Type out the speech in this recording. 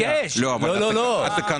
כתרבות.